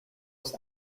most